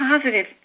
positive